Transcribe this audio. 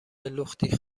لختی